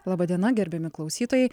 laba diena gerbiami klausytojai